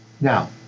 Now